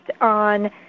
on